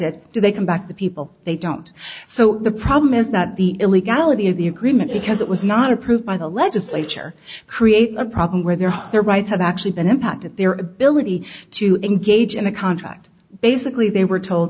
that they can back the people they don't so the problem is that the illegality of the agreement because it was not approved by the legislature creates a problem where their hope their rights have actually been impacted their ability to engage in the contract basically they were told